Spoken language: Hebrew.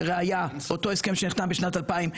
לראייה: אותו הסכם שנחתם בשנת 2021,